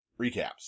recaps